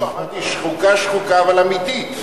אמרתי: שחוקה שחוקה, אבל אמיתית.